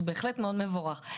הוא בהחלט מאוד מבורך,